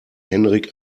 henrik